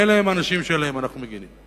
אלה הם אנשים שעליהם אנו מגינים.